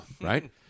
Right